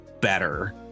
better